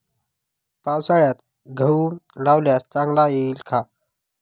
पावसाळ्यात गहू लावल्यास चांगला येईल का?